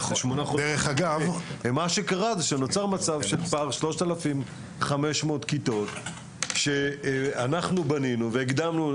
נוצר פער של 3,500 כיתות שאנחנו בנינו והקדמנו.